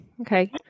okay